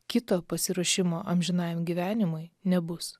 kito pasiruošimo amžinajam gyvenimui nebus